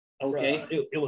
okay